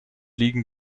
liegen